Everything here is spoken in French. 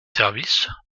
services